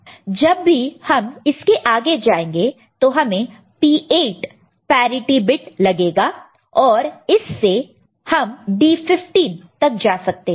तो जब भी हम इसके आगे जाएंगे तो हमें P8 पर पैरिटि बिट लगेगा और इससे हम D15 तक जा सकते हैं